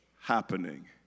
happening